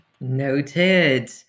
Noted